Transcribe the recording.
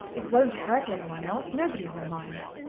it won't hurt any one else nobody will mind.